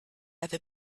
other